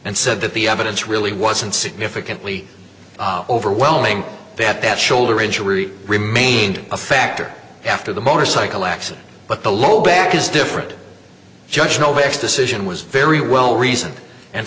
and said that the evidence really wasn't significantly overwhelming they had shoulder injury remained a factor after the motorcycle accident but the low back is different judge novak's decision was very well reasoned and